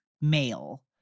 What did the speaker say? male